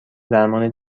درمان